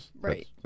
right